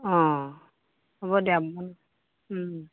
অ হ'ব দিয়ক ওম